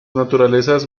naturalezas